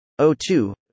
O2